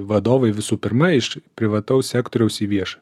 vadovai visų pirma iš privataus sektoriaus į viešą